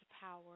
power